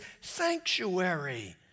sanctuary